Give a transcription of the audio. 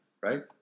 Right